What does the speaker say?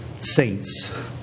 saints